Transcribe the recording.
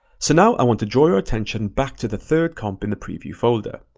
so now, i want to draw your attention back to the third comp in the preview folder.